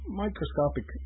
microscopic